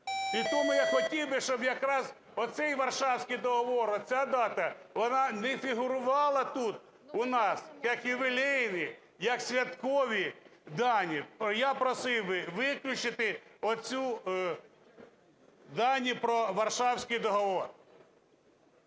І тому я хотів би, щоб якраз оцей Варшавський договір, оця дата, вона не фігурувала тут у нас як ювілей, як святкові дати. Я просив би виключити оці дані про Варшавський договір.